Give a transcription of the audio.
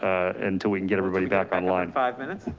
until we can get everybody back on line. five minutes,